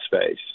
space